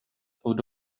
out